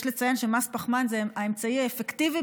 יש לציין שמס פחמן זה האמצעי האפקטיבי